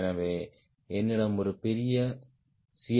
எனவே என்னிடம் ஒரு பெரிய சி